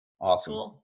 Awesome